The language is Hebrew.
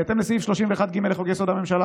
בהתאם לסעיף 31(ג) לחוק-יסוד: הממשלה,